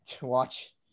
Watch